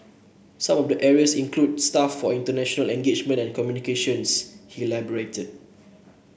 some of the areas include staff for international engagement and communications he elaborated